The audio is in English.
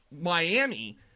Miami